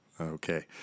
Okay